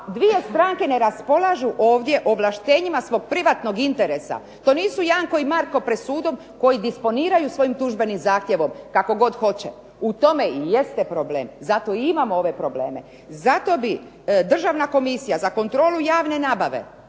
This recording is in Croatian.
dvije stranke ne raspolažu ovdje ovlaštenjima svog privatnog interesa, to nisu Janko i Marko pred sudom koji disponiraju svojim tužbenim zahtjevom kako god hoće. U tome i jeste problem, zato i imamo ove probleme. Zato bi Državna komisija za kontrolu javne nabave,